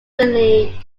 really